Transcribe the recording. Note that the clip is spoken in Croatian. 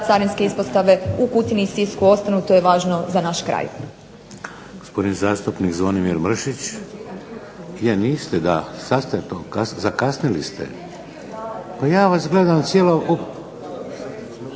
carinske ispostave u Kutini i Sisku ostanu, to je važno za naš kraj. **Šeks, Vladimir (HDZ)** Gospodin zastupnik Zvonimir Mršić. Je niste da, sad ste to, zakasnili ste. Pa ja vas gledam cijelo…